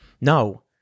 No